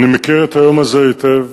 אני מכיר את היום הזה היטב.